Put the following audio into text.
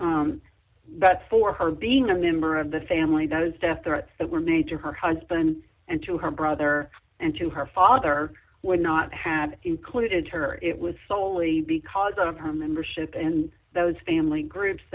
standard but for her being a member of the family those death threats that were made to her husband and to her brother and to her father would not have included her it was soley because of her membership in those family groups